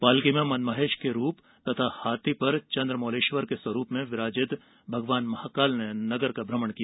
पालकी में मनमहेश के रूप तथा हाथी पर चंद्रमौलेश्वर के स्वरूप में विराजित भगवान महाकाल ने नगर भ्रमण किया